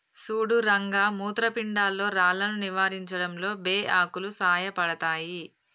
సుడు రంగ మూత్రపిండాల్లో రాళ్లను నివారించడంలో బే ఆకులు సాయపడతాయి